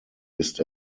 ist